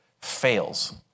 fails